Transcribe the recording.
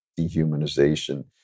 dehumanization